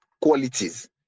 qualities